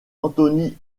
anthony